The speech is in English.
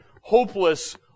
hopeless